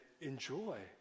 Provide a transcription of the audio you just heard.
enjoy